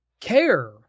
care